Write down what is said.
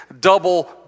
double